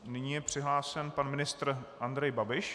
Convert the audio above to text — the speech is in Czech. Nyní je přihlášen pan ministr Andrej Babiš.